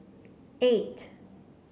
eight